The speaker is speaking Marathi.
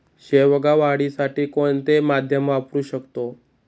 शेवगा वाढीसाठी कोणते माध्यम वापरु शकतो?